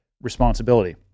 responsibility